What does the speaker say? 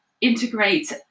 integrate